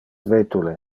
vetule